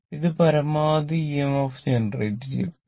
ഇത് പരമാവധി EMF generate ചെയ്യുന്നു